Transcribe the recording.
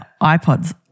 iPods